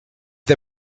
the